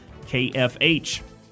KFH